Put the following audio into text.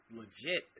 legit